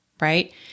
right